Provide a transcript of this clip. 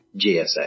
GSA